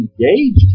engaged